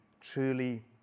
truly